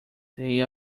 day